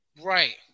Right